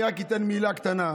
אני רק אתן מילה קטנה,